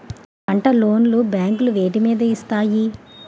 పంట లోన్ లు బ్యాంకులు వేటి మీద ఇస్తాయి?